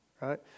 Right